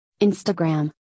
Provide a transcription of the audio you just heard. Instagram